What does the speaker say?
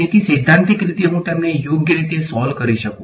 તેથી સૈદ્ધાંતિક રીતે હું તેમને યોગ્ય રીતે સોલ્વ કરી શકું